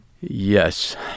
Yes